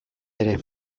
ere